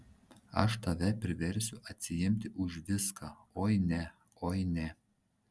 aš tave priversiu atsiimti už viską oi ne oi ne